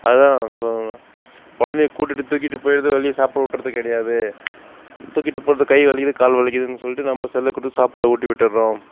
அதான் சொல்லணும்னா குழந்தைய கூட்டுகிட்டு தூக்கிகிட்டு போயிறது வெளியே சாப்பாட ஊட்டுறது கிடையாது தூக்கிகிட்டு போவது கை வலிக்குது கால் வலிக்குதுன் சொல்லிட்டு நம்ம செல்லை கொடுத்து சாப்பாடு ஊட்டிவிட்டுடுறோம்